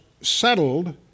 settled